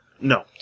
No